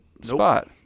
spot